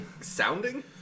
sounding